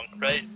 right